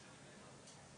זה בדיוק מה שאני אומר.